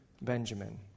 Benjamin